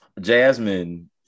Jasmine